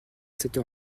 cette